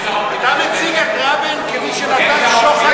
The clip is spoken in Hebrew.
אתה מציג את רבין כמי שנתן שוחד